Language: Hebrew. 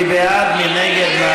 מי בעד, מי נגד?